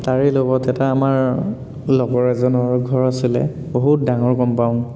তাৰে লগত এটা আমাৰ লগৰ এজনৰ ঘৰ আছিলে বহুত ডাঙৰ কম্পাউণ্ড